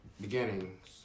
beginnings